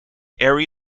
area